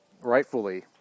rightfully